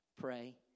Pray